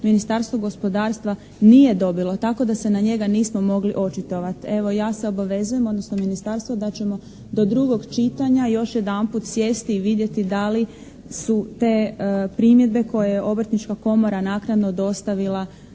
Ministarstvo gospodarstva nije dobilo tako da se na njega nismo mogli očitovati. Evo, ja se obavezujem odnosno ministarstvo da ćemo do drugog čitanja još jedanput sjesti i vidjeti da li su te primjedbe koje je Obrtnička komora naknadno dostavila